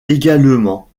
également